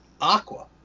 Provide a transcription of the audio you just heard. Aqua